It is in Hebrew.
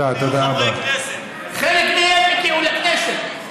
יש כמה שהלכו ונהיו חברי כנסת.